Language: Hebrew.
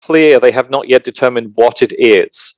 They have not yet determined what it is.